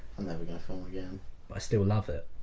i'm never gonna film again but i still love it.